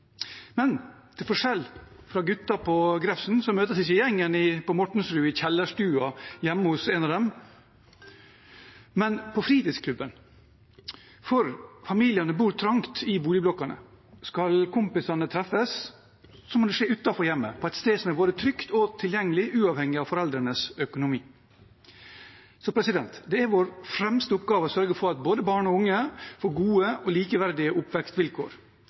Til forskjell fra guttene på Grefsen møtes ikke gjengen på Mortensrud i kjellerstua hjemme hos en av dem, men på fritidsklubben. For familiene bor trangt i boligblokkene. Skal kompisene treffes, må det skje utenfor hjemmet, på et sted som er både trygt og tilgjengelig uavhengig av foreldrenes økonomi. Det er vår fremste oppgave å sørge for at både barn og unge får gode og likeverdige oppvekstvilkår.